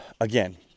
again